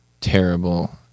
terrible